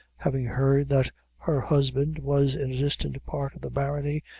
having heard that her husband was in a distant part of the barony,